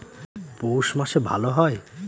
পৌষ মাসে ভালো হয়?